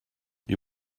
die